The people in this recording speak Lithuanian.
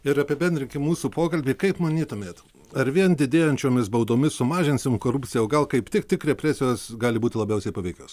ir apibendrinkim mūsų pokalbį kaip manytumėt ar vien didėjančiomis baudomis sumažinsim korupciją o gal kaip tik tik represijos gali būti labiausiai paveikios